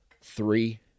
Three